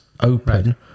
open